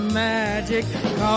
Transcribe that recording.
magic